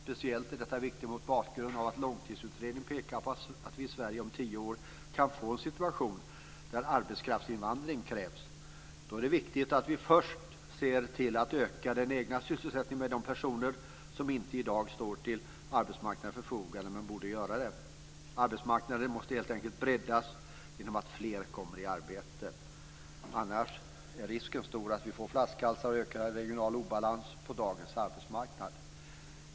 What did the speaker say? Detta är speciellt viktigt mot bakgrund av att Långtidsutredningen pekar på att vi om tio år kan få en situation i Sverige där arbetskraftsinvandring krävs. Då är det viktigt att vi först ser till att öka den egna sysselsättningen med de personer som i dag inte står till arbetsmarknadens förfogande men som borde göra det. Arbetsmarknaden måste helt enkelt breddas genom att fler kommer i arbete. Annars är risken stor att vi får flaskhalsar och ökad regional obalans på dagens arbetsmarknad.